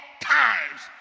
times